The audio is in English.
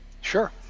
sure